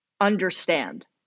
understand